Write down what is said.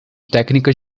técnicas